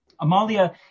Amalia